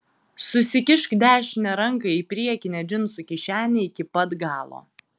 susikišk dešinę ranką į priekinę džinsų kišenę iki pat galo